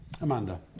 Amanda